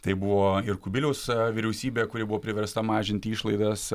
tai buvo ir kubiliaus vyriausybė kuri buvo priversta mažinti išlaidas